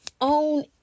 Own